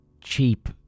cheap